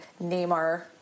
Neymar